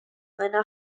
meiner